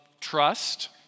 trust